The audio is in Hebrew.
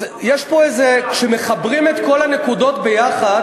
אז יש פה, איזה כשמחברים את כל הנקודות ביחד,